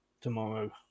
tomorrow